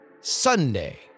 Sunday